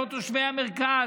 לא תושבי המרכז.